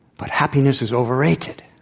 but happiness is overrated.